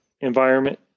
environment